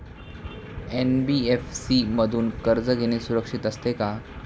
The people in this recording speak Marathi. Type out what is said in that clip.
एन.बी.एफ.सी मधून कर्ज घेणे सुरक्षित असते का?